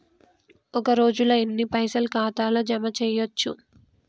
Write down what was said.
ఒక రోజుల ఎన్ని పైసల్ ఖాతా ల జమ చేయచ్చు?